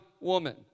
woman